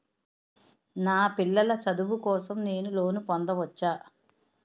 నా పిల్లల చదువు కోసం నేను లోన్ పొందవచ్చా?